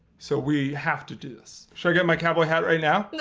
so we have to do this. should i get my cowboy hat right now?